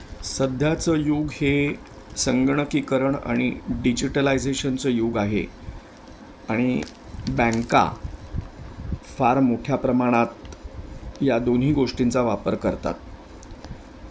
सध्याचं युग हे संगणकीकरण आणि डिजिटलायझेशनचं युग आहे आणि बँका फार मोठ्या प्रमाणात या दोन्ही गोष्टींचा वापर करतात